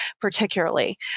particularly